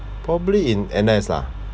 probably in N_S lah